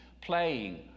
playing